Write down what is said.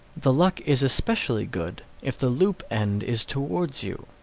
the luck is especially good if the loop end is towards you,